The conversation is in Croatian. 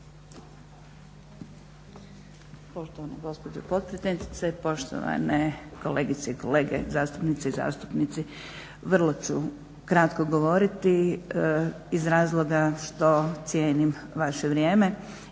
Poštovana gospođo potpredsjednice, poštovane kolegice i kolege zastupnice i zastupnici. Vrlo ću kratko govoriti iz razloga što cijenim vaše vrijeme